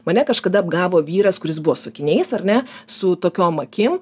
mane kažkada apgavo vyras kuris buvo su akiniais ar ne su tokiom akim